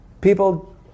people